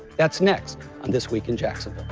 that's next this week in jacksonville.